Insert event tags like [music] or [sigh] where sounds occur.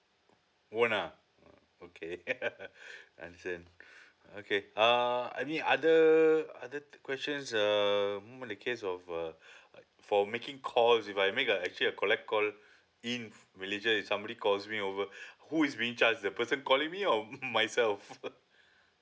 on ah okay [laughs] understand okay uh any other other questions um in the case of uh uh for making calls if I make the actually I've collect call in malaysia if somebody calls me over who is being charge the person calling me or [laughs] myself [laughs]